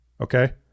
Okay